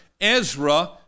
Ezra